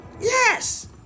yes